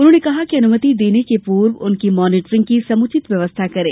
उन्होंने कहा है कि अनुमति देने के पूर्व उनकी मॉनीटरिंग की समुचित व्यवस्था करें